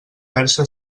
perxa